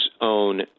own